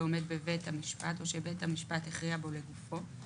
ועומד בבית המשפט או שבית המשפט הכריע בו לגופו,